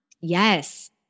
Yes